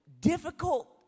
difficult